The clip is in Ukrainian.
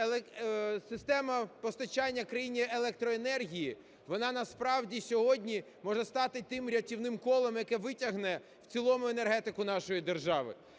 система постачання країні електроенергії, вона насправді сьогодні може стати тим рятівним колом, яке витягне в цілому енергетику нашої держави.